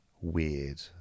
weird